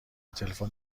تلفن